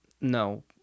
No